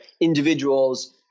individuals